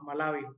Malawi